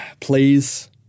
please